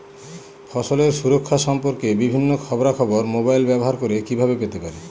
ফসলের সুরক্ষা সম্পর্কে বিভিন্ন খবরা খবর মোবাইল ব্যবহার করে কিভাবে পেতে পারি?